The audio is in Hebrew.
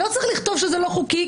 לא צריך לכתוב שזה לא חוקי,